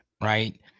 right